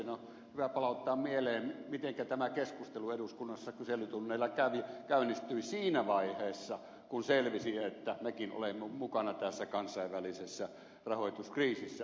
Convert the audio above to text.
on hyvä palauttaa mieleen mitenkä tämä keskustelu eduskunnassa kyselytunneilla käynnistyi siinä vaiheessa kun selvisi että mekin olemme mukana tässä kansainvälisessä rahoituskriisissä